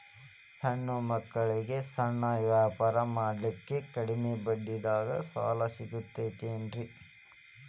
ಹೆಣ್ಣ ಮಕ್ಕಳಿಗೆ ಸಣ್ಣ ವ್ಯಾಪಾರ ಮಾಡ್ಲಿಕ್ಕೆ ಕಡಿಮಿ ಬಡ್ಡಿದಾಗ ಸಾಲ ಸಿಗತೈತೇನ್ರಿ?